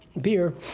beer